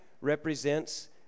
represents